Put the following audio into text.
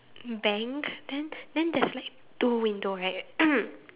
bank then then there's like two window right